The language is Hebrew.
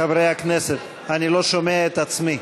חברי הכנסת, אני לא שומע את עצמי.